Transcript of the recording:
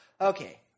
Okay